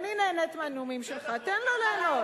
אני נהנית מהנאומים שלך, תן לו ליהנות.